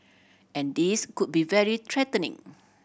and this could be very threatening